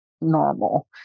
normal